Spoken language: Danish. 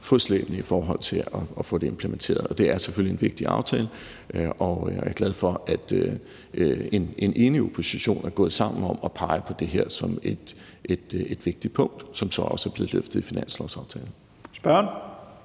fodslæbende i forhold til at få det implementeret. Det er selvfølgelig en vigtig aftale, og jeg er glad for, at en enig opposition er gået sammen om at pege på det her som et vigtigt punkt, som så også er blevet løftet i finanslovsaftalen. Kl.